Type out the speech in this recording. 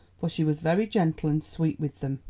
for she was very gentle and sweet with them,